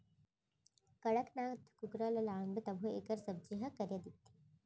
कड़कनाथ कुकरा ल रांधबे तभो एकर सब्जी ह करिया दिखथे